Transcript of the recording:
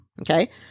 Okay